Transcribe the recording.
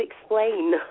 explain